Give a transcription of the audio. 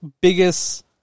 biggest